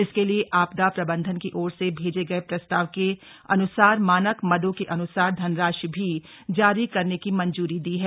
इसके लिए आपदा प्रबंधन की ओर से भेजे गए प्रस्ताव के अन्सार मानक मदों के अन्सार धनराशि भी जारी करने की मंजूरी दी है